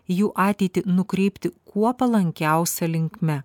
jų ateitį nukreipti kuo palankiausia linkme